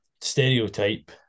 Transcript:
stereotype